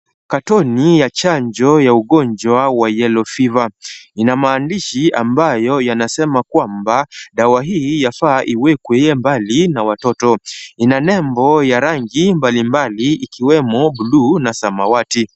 Cartoon ya chanjo wa ugonjwa wa yellow fever , inamaandishi ambayo yanasema kwamba dawa hii haswa iwekwebali na watoto. Ina nembo ya rangi mbalimbali ikiwemo buluu na samawati.